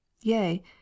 yea